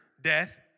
death